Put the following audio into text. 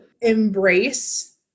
embrace